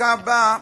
החקיקה בה,